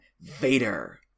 Vader